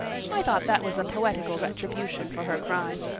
i thought that was a poetical retribution for her crime.